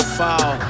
fall